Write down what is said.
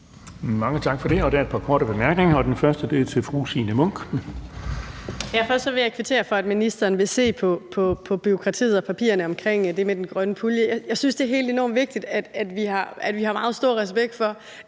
Mange tak for det. Der er et par korte bemærkninger, og den første er til fru Signe Munk. Kl. 11:22 Signe Munk (SF): Først vil jeg kvittere for, at ministeren vil se på bureaukratiet og papirerne omkring det med den grønne pulje. Jeg synes, det er helt enormt vigtigt, at vi har meget stor respekt for